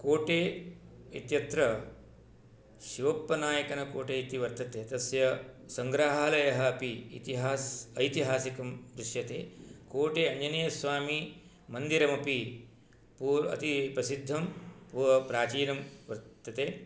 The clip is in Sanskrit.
कोटे इत्यत्र शिवप्पनायकनकोटे इति वर्तते तस्य सङ्ग्रहालयः अपि ऐतिहासिकं दृश्यते कोटे आञ्जनेयस्वामी मन्दिरमपि अति प्रसिद्धं प्राचीनं वर्तते